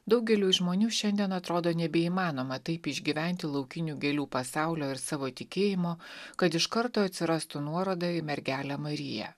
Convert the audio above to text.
daugeliui žmonių šiandien atrodo nebeįmanoma taip išgyventi laukinių gėlių pasaulio ir savo tikėjimo kad iš karto atsirastų nuoroda į mergelę mariją